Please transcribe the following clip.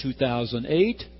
2008